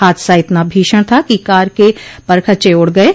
हादसा इतना भीषण था कि कार के परखच उड़ गये